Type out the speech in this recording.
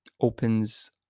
opens